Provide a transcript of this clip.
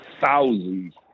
thousands